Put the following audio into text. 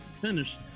finish